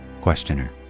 Questioner